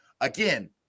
again